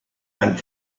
went